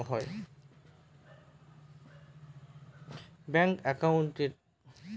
ব্যাঙ্কে একধরনের একাউন্ট মানুষের নিজেস্ব কাজের জন্য হয়